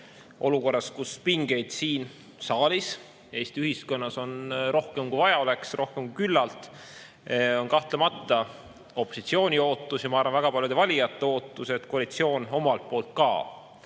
Olukorras, kus on pingeid siin saalis, Eesti ühiskonnas rohkem, kui vaja oleks, rohkem kui küllalt, on kahtlemata opositsiooni ootus ja ma arvan, et väga paljude valijate ootus, et koalitsioon tõestab ka